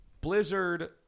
Blizzard